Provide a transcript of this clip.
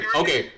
okay